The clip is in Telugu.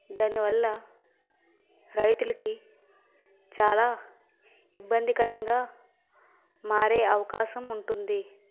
దానివల్ల రైతులకి చాలా ఇబ్బందికరంగా మారే అవకాశం ఉంటుంది